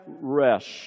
rest